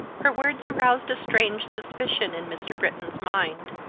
her words aroused a strange suspicion in mr. britton's mind.